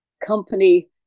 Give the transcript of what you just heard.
company